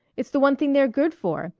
it's the one thing they're good for.